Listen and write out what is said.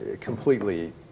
completely